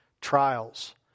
Trials